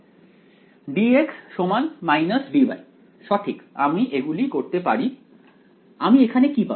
dx dy সঠিক আমি এগুলি করতে পারি আমি এখানে কি পাব